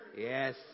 Yes